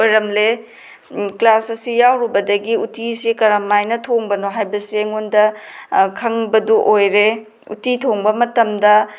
ꯑꯣꯏꯔꯝꯂꯦ ꯀ꯭ꯂꯥꯁ ꯑꯁꯤ ꯌꯥꯎꯔꯨꯕꯗꯒꯤ ꯎꯇꯤꯁꯦ ꯀꯔꯝꯍꯥꯏꯅ ꯊꯣꯡꯕꯅꯣ ꯍꯥꯏꯕꯁꯦ ꯑꯩꯉꯣꯟꯗ ꯈꯪꯕꯗꯣ ꯑꯣꯏꯔꯦ ꯎꯇꯤ ꯊꯣꯡꯕ ꯃꯇꯝꯗ